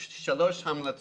יש לו שלוש המלצות.